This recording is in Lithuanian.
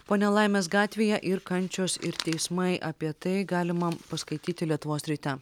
po nelaimės gatvėje ir kančios ir teismai apie tai galima paskaityti lietuvos ryte